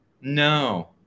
No